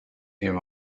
him